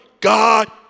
God